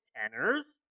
tenors